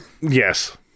Yes